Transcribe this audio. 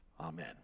Amen